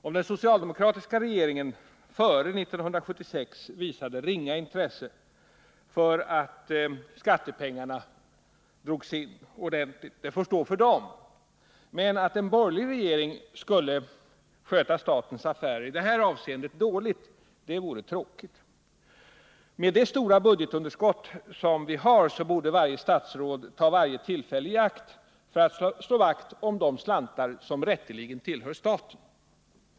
Om den socialdemokratiska regeringen före 1976 visade ringa intresse för att skattepengarna drogs in ordentligt, så får det stå för socialdemokraterna. Men det vore tråkigt om en borgerlig regering i det här avseendet skulle sköta statens affärer dåligt. Med tanke på det stora budgetunderskott som vi har borde samtliga statsråd ta varje tillfälle i akt för att slå vakt om de slantar som rätteligen tillhör staten.